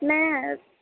میں